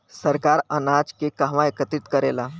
सरकार अनाज के कहवा एकत्रित करेला?